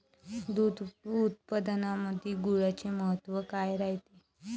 दूध उत्पादनामंदी गुळाचे महत्व काय रायते?